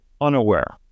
unaware